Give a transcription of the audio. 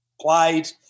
played